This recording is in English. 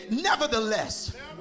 nevertheless